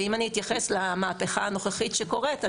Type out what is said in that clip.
אם אני אתייחס למהפכה הנוכחית שקורית,